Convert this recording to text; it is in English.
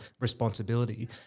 responsibility